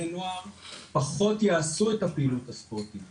נוער פחות יעשו את הפעילות הספורטיבית